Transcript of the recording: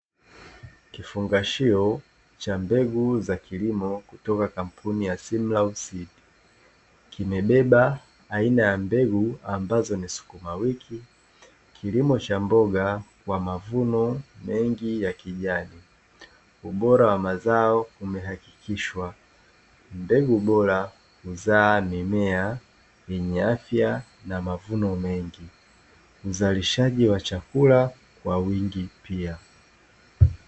Vifungashio vya mbegu za kilimo kimebeba mbegu aina ya sukuma wiki mbegu bora zenye afya ishara ya uzalishaji wa chakula kwa wingi pia